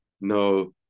no